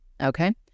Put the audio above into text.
Okay